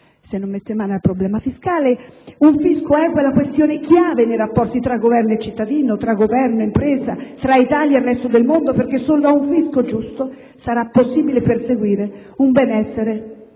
non mette mano al problema fiscale, perché un fisco equo è la chiave essenziale nei rapporti tra Governo e cittadino, tra Governo e impresa, tra Italia e resto del mondo, perché solo con un fisco giusto sarà possibile perseguire un benessere diffuso.